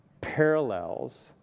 parallels